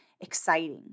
exciting